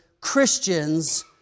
Christians